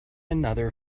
another